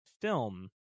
film